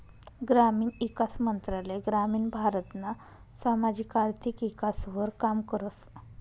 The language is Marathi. ग्रामीण ईकास मंत्रालय ग्रामीण भारतना सामाजिक आर्थिक ईकासवर काम करस